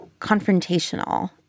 confrontational